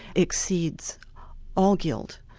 exceeds all guilt,